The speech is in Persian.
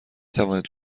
توانید